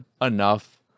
enough